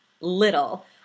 little